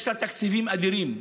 יש לה תקציבים אדירים.